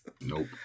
Nope